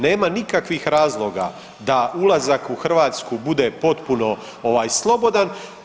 Nema nikakvih razloga da ulazak u Hrvatsku bude potpuno slobodan.